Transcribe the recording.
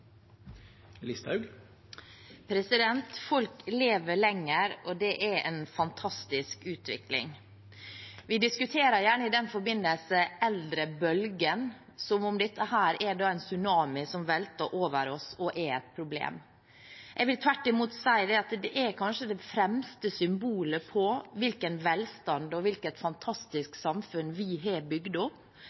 en fantastisk utvikling. Vi diskuterer gjerne i den forbindelse eldrebølgen som om dette er en tsunami som velter over oss og er et problem. Jeg vil tvert imot si at kanskje det fremste symbolet på hvilken velstand og hvilket fantastisk samfunn vi har bygd opp,